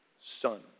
son